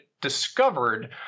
discovered